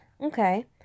okay